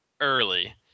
early